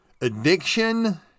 Addiction